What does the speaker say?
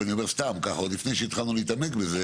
עוד לפני שהתחלנו להתעמק בזה